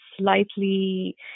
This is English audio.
slightly